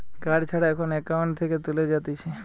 card ছাড়া এখন account থেকে তুলে যাতিছে